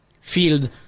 field